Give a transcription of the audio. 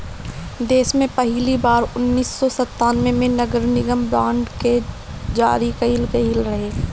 देस में पहिली बार उन्नीस सौ संतान्बे में नगरनिगम बांड के जारी कईल गईल रहे